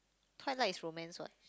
Twilight is romance what